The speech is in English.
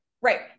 right